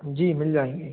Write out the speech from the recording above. जी मिल जाएँगी